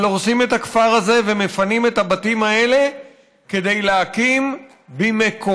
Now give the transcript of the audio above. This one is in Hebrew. אבל הורסים את הכפר הזה ומפנים את הבתים האלה כדי להקים במקומו